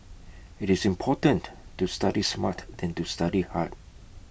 IT is important to study smart than to study hard